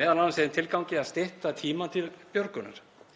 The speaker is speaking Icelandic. m.a. í þeim tilgangi að stytta tíma til björgunar.